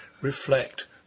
reflect